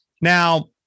Now